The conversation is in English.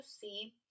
see